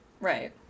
Right